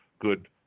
good –